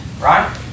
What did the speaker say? right